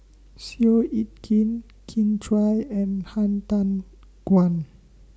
Seow Yit Kin Kin Chui and Han Tan Juan